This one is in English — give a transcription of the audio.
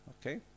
Okay